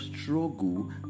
struggle